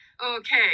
Okay